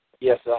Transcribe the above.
Yes